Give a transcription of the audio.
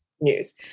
news